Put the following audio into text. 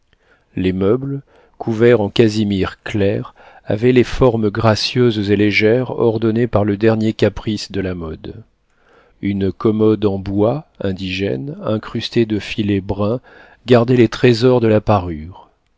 les meubles couverts en casimir clair avaient les formes gracieuses et légères ordonnées par le dernier caprice de la mode une commode en bois indigène incrustée de filets bruns gardait les trésors de la parure